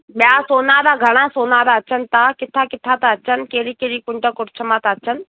ॿिया सोनारा घणा सोनारा अचनि था किथा किथा था अचनि कहिड़ी कहिड़ी कुंड कुर्च मां था अचनि